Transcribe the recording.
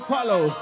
follow